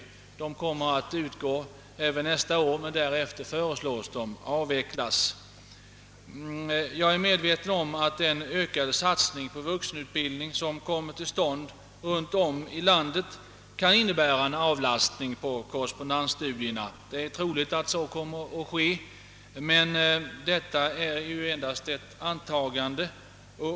De kommer att utgå även nästa år, men därefter föreslås de bli avvecklade. Jag är medveten om att den ökade satsning på vuxenutbildning som kommit till stånd runt om i landet kan innebära en avlastning av korrespondensstudierna. Det är troligt att så kommer att ske, men detta är endast ett antagande.